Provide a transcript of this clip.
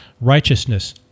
righteousness